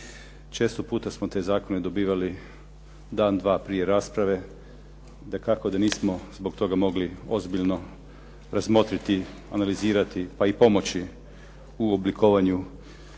često puta smo te zakone dobivali dan-dva prije rasprave. Dakako da nismo zbog toga mogli ozbiljno razmotriti, analizirati pa i pomoći u oblikovanju